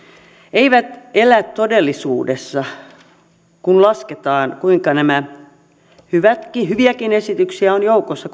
eivät elä todellisuudessa kun lasketaan kuinka nämä hyvät esitykset hyviäkin esityksiä on joukossa